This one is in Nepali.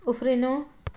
उफ्रिनु